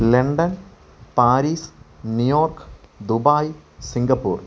London Paris New York Dubai Singapore